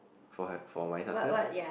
for have for my success